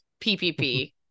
PPP-